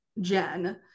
Jen